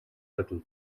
little